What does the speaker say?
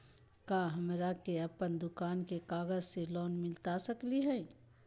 का हमरा के अपन दुकान के कागज से लोन मिलता सकली हई?